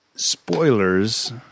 Spoilers